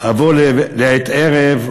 אבוא לעת ערב,